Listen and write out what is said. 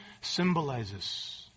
symbolizes